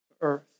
earth